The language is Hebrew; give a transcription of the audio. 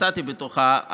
שמצאתי בתוכה,